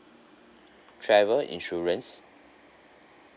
travel insurance